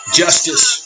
justice